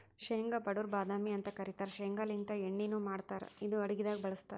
ಶೇಂಗಾ ಬಡವರ್ ಬಾದಾಮಿ ಅಂತ್ ಕರಿತಾರ್ ಶೇಂಗಾಲಿಂತ್ ಎಣ್ಣಿನು ಮಾಡ್ತಾರ್ ಇದು ಅಡಗಿದಾಗ್ ಬಳಸ್ತಾರ್